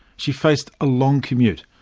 she faced a long commute,